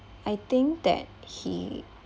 I think that he